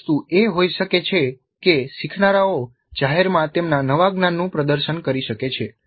એક વસ્તુ એ હોઈ શકે છે કે શીખનારાઓ જાહેરમાં તેમના નવા જ્ઞાનનું પ્રદર્શન કરી શકે છે